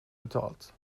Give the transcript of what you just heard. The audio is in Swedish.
betalt